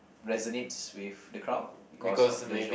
resonates with the crowd because of the genre